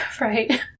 Right